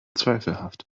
zweifelhaft